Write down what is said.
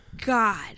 God